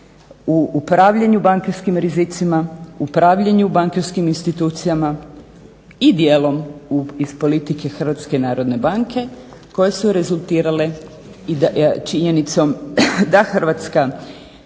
u upravljanju bankarskim rizicima, upravljanju bankarskim institucijama i djelom iz politike HNB koje su rezultirale činjenicom da Hrvatska